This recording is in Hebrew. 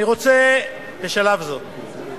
אני רוצה בשלב זה,